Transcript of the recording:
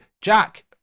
Jack